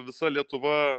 visa lietuva